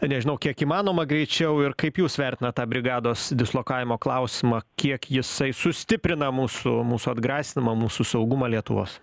nežinau kiek įmanoma greičiau ir kaip jūs vertinat tą brigados dislokavimo klausimą kiek jisai sustiprina mūsų mūsų atgrasymą mūsų saugumą lietuvos